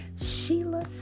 Sheila